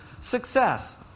success